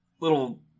little